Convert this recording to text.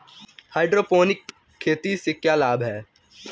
Hydroponic खेती से क्या लाभ हैं?